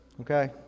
okay